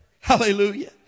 Hallelujah